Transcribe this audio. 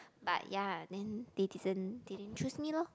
but ya then they didn't they didn't choose me loh